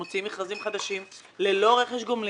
מוציאים מכרזים חדשים ללא רכש גומלין.